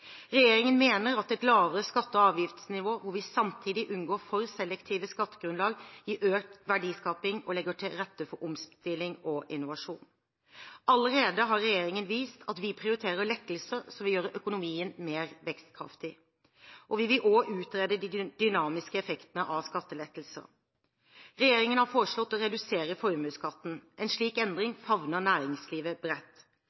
Regjeringen mener at et lavere skatte- og avgiftsnivå hvor vi samtidig unngår for selektive skattegrunnlag, gir økt verdiskaping og legger til rette for omstilling og innovasjon. Regjeringen har allerede vist at vi prioriterer lettelser som vil gjøre økonomien mer vekstkraftig, og vi vil også utrede de dynamiske effektene av skattelettelser. Regjeringen har foreslått å redusere formuesskatten. En slik endring favner næringslivet bredt.